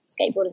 skateboarders